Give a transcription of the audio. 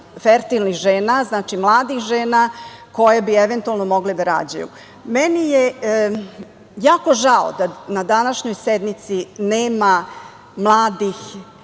fertilni žena, mladih žena koje bi eventualno mogle da rađaju. Meni je jako žao da na današnjoj sednici nema mladih